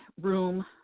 room